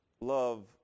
love